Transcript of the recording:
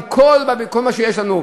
עם כל מה שיש לנו,